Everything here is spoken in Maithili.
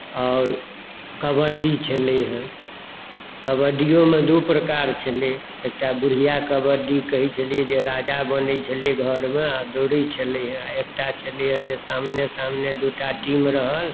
आओर कबड्डी छलै हेँ कब्ड्डीयोमे दू प्रकार छलै एकटा बुढ़िया कबड्डी कहैत छलियै जे राजा बनैत छलै हेँ घरमे आ दौड़ैत छलै हेँ एकटा छलै हेँ सामने सामने दू टा टीम रहल